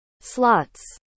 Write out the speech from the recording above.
slots